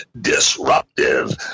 disruptive